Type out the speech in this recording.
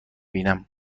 بینم